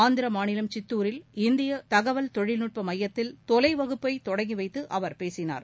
ஆந்திர மாநிலம் சித்தூரில் இந்திய தகவல் தொழில்நட்ப மையத்தில் தொலைவகுப்பைத் தொடங்கி வைத்து அவர் பேசினார்